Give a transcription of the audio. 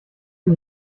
wie